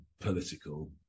political